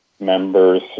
Members